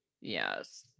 Yes